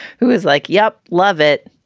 who is like, yup, love it.